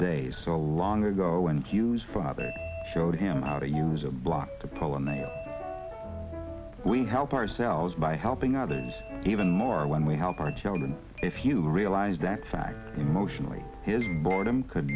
day so long ago and use father showed him how to use a block to pollinate we help ourselves by helping others even more when we help our children if you realize that fact motionless his boredom could